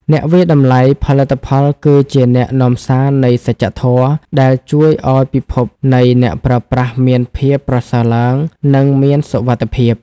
អ្នកវាយតម្លៃផលិតផលគឺជាអ្នកនាំសារនៃសច្ចធម៌ ដែលជួយឱ្យពិភពនៃអ្នកប្រើប្រាស់មានភាពប្រសើរឡើង និងមានសុវត្ថិភាព។